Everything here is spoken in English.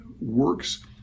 works